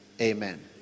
Amen